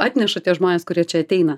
atneša tie žmonės kurie čia ateina